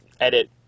edit